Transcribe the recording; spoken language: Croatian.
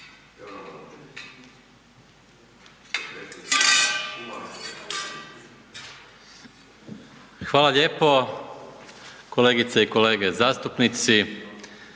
Vlade, kolegice i kolege zastupnici.